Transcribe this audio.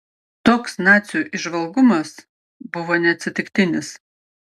toks nacių įžvalgumas buvo neatsitiktinis